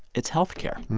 it's health care.